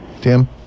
Tim